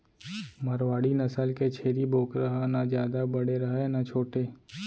मारवाड़ी नसल के छेरी बोकरा ह न जादा बड़े रहय न छोटे